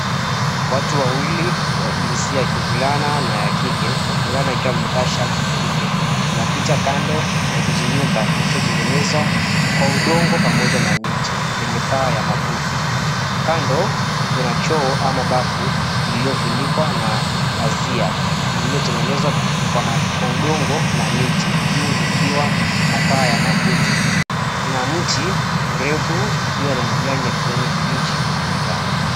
Watu wawili wa jinsia ya kivulana na ya kike; wa kivulana akiwa amevaa shati jeupe wanapita kando ya kijinyumba kilichotengenezwa kwa udongo pamoja na miti lenye paa ya makuti. Kando kuna choo ama bafu iliyofunikwa kwa pazia iliyotengenezwa kwa udongo na miti juu likiwa na paa ya makuti na mti mrefu ulio na majani ya kijanikibichi unaonekana.